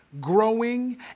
growing